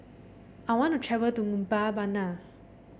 I want to travel to Mbabana